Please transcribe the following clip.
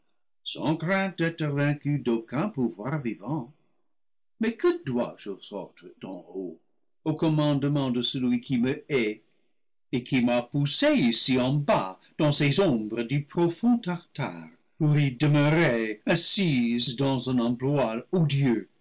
d'être vaincue d'aucun pouvoir vivant mais que dois-je aux ordres d'en haut au commandement de celui qui me hait et qui m'a poussée ici en bas dans ces ombres du profond tartare pour y demeurer assise dans un emploi odieux